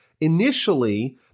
Initially